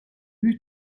who